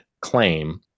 claim